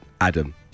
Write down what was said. Adam